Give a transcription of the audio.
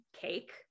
cake